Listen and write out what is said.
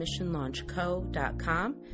missionlaunchco.com